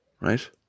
right